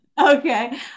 okay